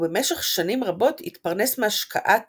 ובמשך שנים רבות התפרנס מהשקעת